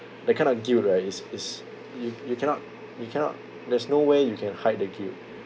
the kind of guilt right is is you you cannot you cannot there's nowhere you can hide the guilt